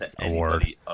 award